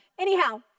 anyhow